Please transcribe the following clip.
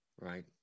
right